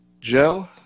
Joe